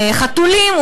חתולים,